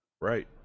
Right